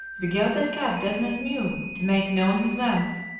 the gelded cat does not mew to make known his wants,